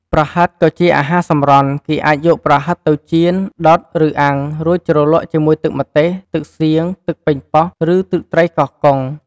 ប្រហិតក៍ជាអាហារសម្រន់ គេអាចយកប្រហិតទៅចៀន ដុត ឬអាំង រួចជ្រលក់ជាមួយទឹកម្ទេស,ទឹកសៀង,ទឹកប៉េងប៉ោះ ឬទឹកត្រីកោះកុង។